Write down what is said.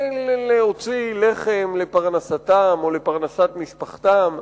להוציא לחם לפרנסתם או לפרנסת משפחתם.